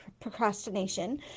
procrastination